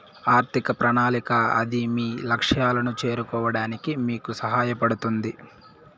ఆర్థిక ప్రణాళిక అది మీ లక్ష్యాలను చేరుకోవడానికి మీకు సహాయపడుతుంది